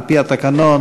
על-פי התקנון,